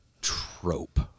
trope